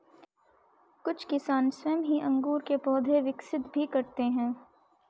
कुछ किसान स्वयं ही अंगूर के पौधे विकसित भी करते हैं